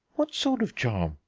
what sort of charm?